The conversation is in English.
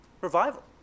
revival